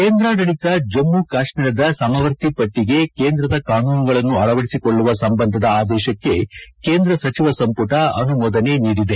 ಕೇಂದ್ರಾಡಳತ ಪ್ರದೇಶ ಜಮ್ನು ಕಾತ್ನೀರದ ಸಮವರ್ತಿ ಪಟ್ಲಗೆ ಕೇಂದ್ರದ ಕಾನೂನುಗಳನ್ನು ಅಳವಡಿಸಿಕೊಳ್ಳುವ ಸಂಬಂಧದ ಆದೇಶಕ್ಕೆ ಕೇಂದ್ರ ಸಚಿವ ಸಂಪುಟ ಅನುಮೋದನೆ ನೀಡಿದೆ